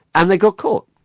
and they got caught.